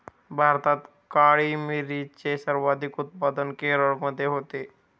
भारतात काळी मिरीचे सर्वाधिक उत्पादन केरळमध्ये होते